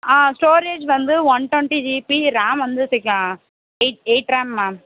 ஆ storage வந்து one twenty GB RAM வந்து six eight eight RAM ma'am